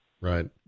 right